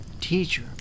Teacher